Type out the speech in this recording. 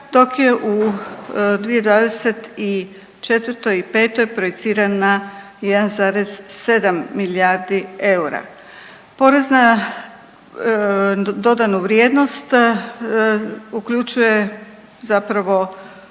dok je u 2024. i petoj projicirana 1,7 milijardi eura. Porez na dodanu vrijednost uključuje zapravo